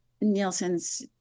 Nielsen's